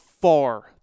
far